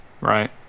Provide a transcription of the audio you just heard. right